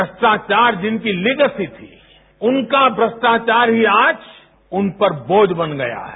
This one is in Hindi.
भ्रष्टाचार जिनकी लिगेसी थी उनका भ्रष्टाचार ही आज उनपर बोझ बन गया है